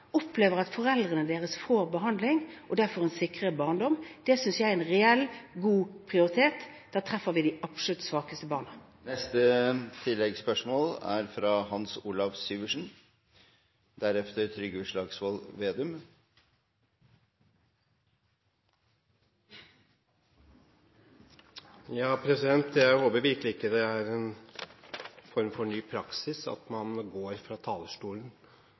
opplever at foreldrene deres får behandling, og at de dermed får en sikrere barndom. Det synes jeg er en reell, god prioritet – da treffer vi de absolutt svakeste barna. Hans Olav Syversen – til oppfølgingsspørsmål. Jeg håper virkelig ikke det er en form for ny praksis at man går fra talerstolen